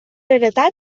heretat